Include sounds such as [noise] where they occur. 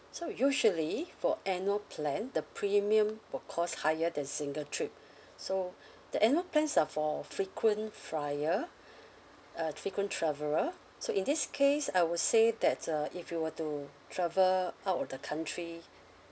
so usually for annual plan the premium will cost higher than single trip [breath] so the annual plans are for frequent flyer uh frequent traveller so in this case I would say that uh if you were to travel out of the country